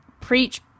preach